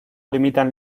limitan